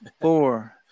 four